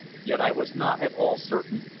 yet i was not at all certain,